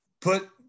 put